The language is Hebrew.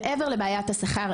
מעבר לבעיית השכר,